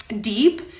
deep